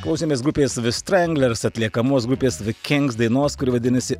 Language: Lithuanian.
klausėmės grupės de stranglers atliekamos grupės de kingz dainos kuri vadinasi